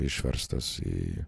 išverstas į